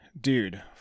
dude